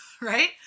right